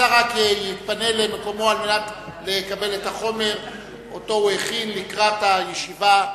השר רק יתפנה למקומו על מנת לקבל את החומר שהוא הכין לקראת הישיבה.